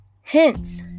hence